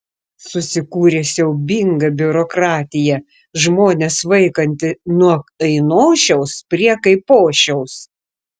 susikūrė siaubinga biurokratija žmones vaikanti nuo ainošiaus prie kaipošiaus